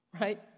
right